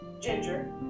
ginger